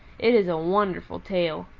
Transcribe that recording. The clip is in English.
it is a wonderful tail.